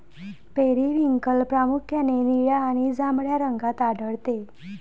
periwinkle प्रामुख्याने निळ्या आणि जांभळ्या रंगात आढळते